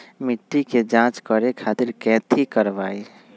मिट्टी के जाँच करे खातिर कैथी करवाई?